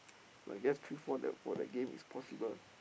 I guess three four that for that game is possible